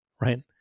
right